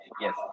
yes